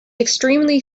extremely